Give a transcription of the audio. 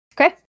Okay